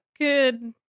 good